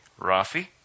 Rafi